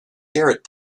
garrett